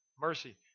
mercy